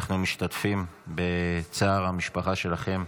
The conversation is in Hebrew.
אנחנו משתתפים בצער המשפחה שלכם.